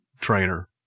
trainer